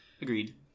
Agreed